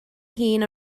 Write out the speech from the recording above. hun